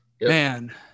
man